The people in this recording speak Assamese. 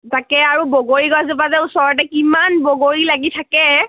তাকে আৰু বগৰী গছজোপা যে ওচৰতে কিমান বগৰী লাগি থাকে